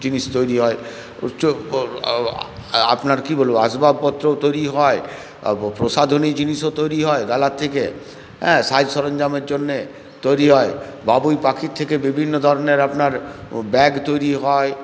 জিনিস তৈরি হয় আপনার কি বলবো আসবাবপত্রও তৈরি হয় প্রসাধনী জিনিসও তৈরি হয় গালার থেকে সাজ সরঞ্জামের জন্যে তৈরি হয় বাবুই পাখির থেকে বিভিন্ন ধরনের আপনার ব্যাগ তৈরি হয়